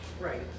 right